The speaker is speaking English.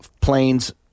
plane's